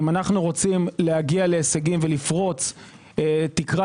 אם אנו רוצים להגיע להישגים ולפרוץ תקרת